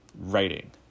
writing